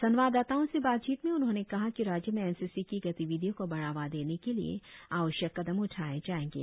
संवाददाताओ से बातचीत में उन्होंने कहा कि राज्य में एन सी सी की गतिविधियो को बढ़ावा देने के लिए आवश्यक कदम उठाएं जाएंगे